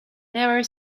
never